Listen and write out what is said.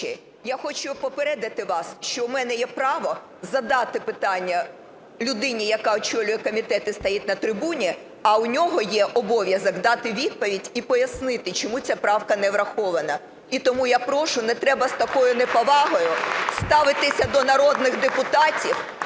я хочу попередити вас, що у мене є право задати питання людині, яка очолює комітет і стоїть на трибуні. А у нього є обов'язок дати відповідь і пояснити, чому ця правка не врахована. І тому я прошу, не треба з такою неповагою ставитися до народних депутатів